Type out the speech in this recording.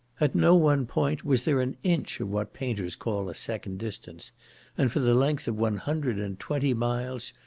at no one point was there an inch of what painters call a second distance and for the length of one hundred and twenty miles,